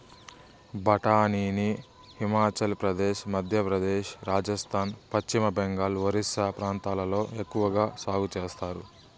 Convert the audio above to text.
బఠానీని హిమాచల్ ప్రదేశ్, మధ్యప్రదేశ్, రాజస్థాన్, పశ్చిమ బెంగాల్, ఒరిస్సా ప్రాంతాలలో ఎక్కవగా సాగు చేత్తారు